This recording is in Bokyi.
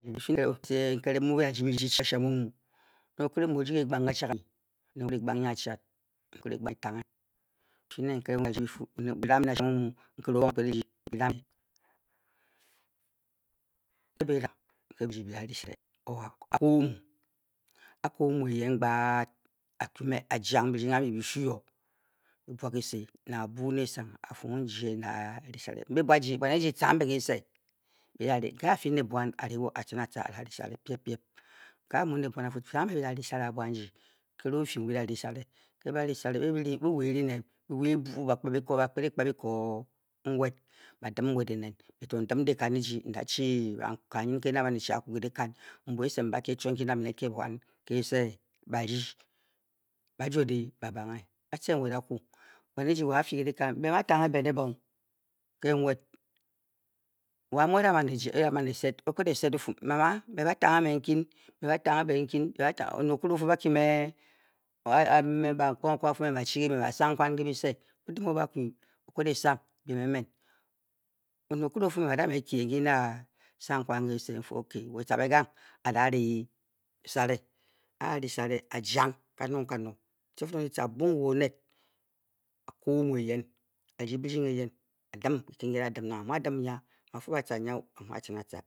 Nkele mu ba de ba dun sha sha mu mu owel okele. A goma agomu enen epkad yank be die olosale nka pele bian nwed me dem lekan pia nwed ba fe mbe ba tang ben ebong onel otor of ba teng be chim otor ba pe ban inupe inchi ba chi kuse ipi fu opay be dom be ra hesahe ojanipka le te lawuute ogupe odem pka onwad oma dem ye okupa tan yo oh me mu a chi be kor